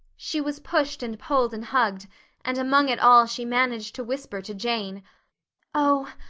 she was pushed and pulled and hugged and among it all she managed to whisper to jane oh,